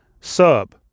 Sub